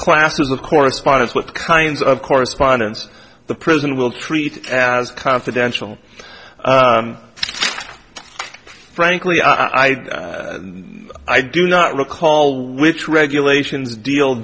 classes of correspondence what kinds of correspondence the prison will treat as confidential frankly i i do not recall which regulations deal